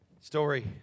story